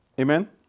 Amen